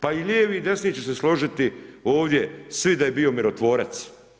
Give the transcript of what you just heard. Pa i lijevi i desni će se složiti ovdje, svi da je bio mirotvorac.